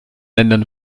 ländern